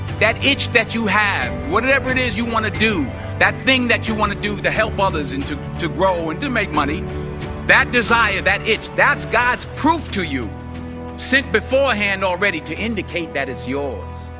that itch that you have whatever it is you want to do that thing that you want to do to help others into to grow and to make money that desire that it's that's god's proof to you sent before hand already to indicate that it's yours